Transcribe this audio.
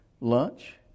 lunch